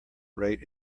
rate